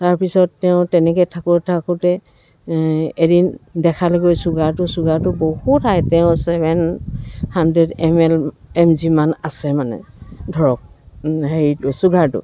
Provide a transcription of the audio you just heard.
তাৰপিছত তেওঁ তেনেকৈ থাকোঁতে থাকোঁতে এদিন দেখালেগৈ ছুগাৰটো ছুগাৰটো বহুত হাই তেওঁ seven hundred M L M G মান আছে মানে ধৰক হেৰিটো ছুগাৰটো